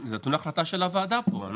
זה נתון להחלטה של הוועדה פה.